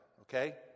okay